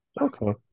Okay